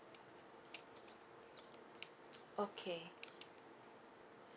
okay